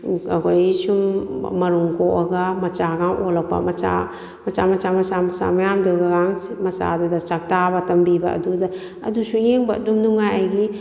ꯑꯩꯈꯣꯏꯒꯤ ꯁꯨꯝ ꯃꯔꯨꯝ ꯀꯣꯑꯒ ꯃꯆꯥꯒ ꯑꯣꯜꯂꯛꯄ ꯃꯆꯥ ꯃꯆꯥ ꯃꯈꯥ ꯃꯆꯥ ꯃꯆꯥ ꯃꯌꯥꯝꯗꯨꯒ ꯃꯆꯥꯗꯨꯗ ꯆꯥꯛꯇꯕ ꯇꯝꯕꯤꯕ ꯑꯗꯨꯗ ꯑꯗꯨꯁꯨ ꯌꯦꯡꯕ ꯑꯗꯨꯝ ꯅꯨꯡꯉꯥꯏ ꯑꯩꯒꯤ